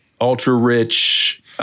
ultra-rich –